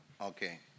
Okay